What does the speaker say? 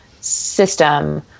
system